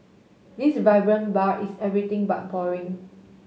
this vibrant bar is everything but boring